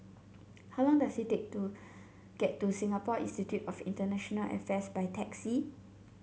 how long does it take to get to Singapore Institute of International Affairs by taxi